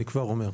אני כבר אומר.